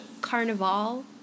Carnival